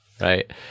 Right